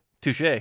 Touche